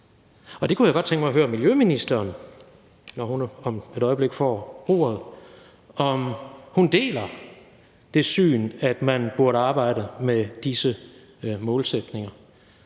og der kunne jeg godt tænke mig at høre miljøministeren, når hun om et øjeblik får ordet, om hun deler det syn, at man burde arbejde med disse målsætninger,